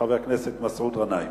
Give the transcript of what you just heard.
חבר הכנסת מסעוד גנאים.